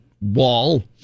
wall